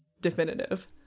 definitive